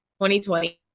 2020